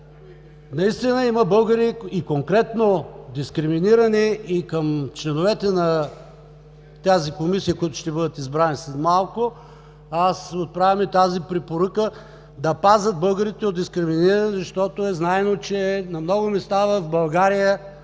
Наистина има българи – конкретно дискриминирани. Към членовете на тази Комисия, които ще бъдат избрани след малко, аз отправям препоръка – да пазят българите от дискриминиране, защото е знайно, че на много места в България,